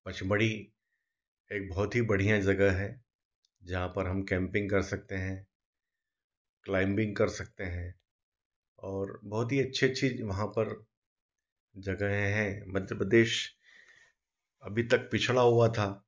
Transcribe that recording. पचमढ़ी एक बहुत ही बढ़ियाँ ज़गह है जहाँ पर हम कैम्पिन्ग कर सकते हैं क्लाइम्बिन्ग कर सकते हैं और बहुत ही अच्छी अच्छी वहाँ पर ज़गहें हैं मध्य प्रदेश अभी तक पिछड़ा हुआ था